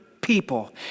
people